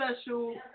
special